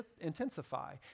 intensify